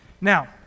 Now